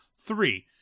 Three